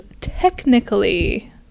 technically